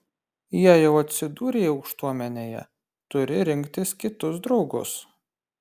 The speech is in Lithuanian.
jei jau atsidūrei aukštuomenėje turi rinktis kitus draugus